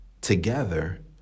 together